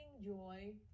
joy